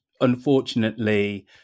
unfortunately